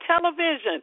television